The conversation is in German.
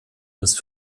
des